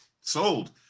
sold